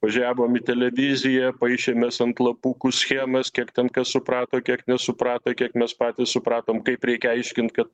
važiavom į televiziją paišėmės ant lapukų schemas kiek ten kas suprato kiek nesuprato kiek mes patys supratom kaip reikia aiškint kad